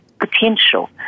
potential